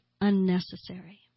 unnecessary